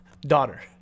Daughter